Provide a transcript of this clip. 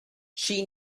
she